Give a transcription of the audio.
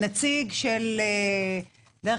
הנציג- -- אם